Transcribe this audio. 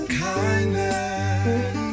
kindness